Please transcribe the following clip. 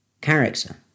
character